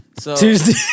Tuesday